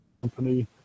company